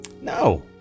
no